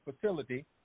facility